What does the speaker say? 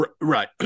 right